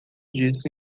disso